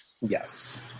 Yes